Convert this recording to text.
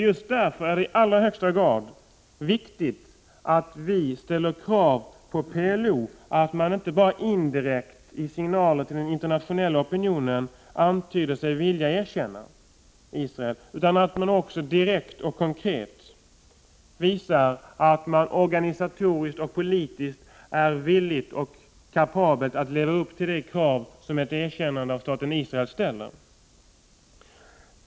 Just därför är det i allra högsta grad viktigt att vi ställer krav på PLO att inte bara indirekt i signaler till den internationella opinionen antyda att man vill erkänna Israel, utan att man också direkt och konkret visar att man organisatoriskt och politiskt är villig och kapabel att leva upp till de krav som ett erkännande av staten Israel ställer.